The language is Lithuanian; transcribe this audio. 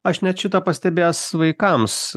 aš net šitą pastebėjęs vaikams